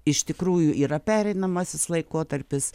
iš tikrųjų yra pereinamasis laikotarpis